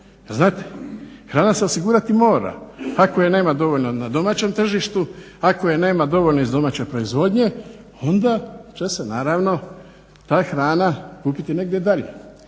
znate, hrana se osigurati mora, ako je nema dovoljno na domaćem tržištu, ako je nema dovoljno iz domaće proizvodnje onda će se naravno ta hrana kupiti negdje dalje.